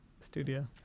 studio